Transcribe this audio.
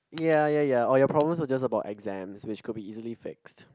ya ya ya or your problems were just about exams which could be easily fixed